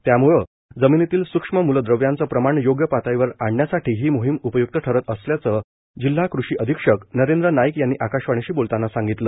त्याम्ळं जमिनीतील स्क्ष्म म्लदव्याचे प्रमाण योग्य पातळीवर आणण्यासाठी ही मोहिम उपयुक्त ठरत असल्याचं जिल्हा कषी अधीक्षक नरेंद्र नाईक यांनी आकाशवाणीशी बोलताना सांगितलं